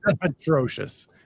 atrocious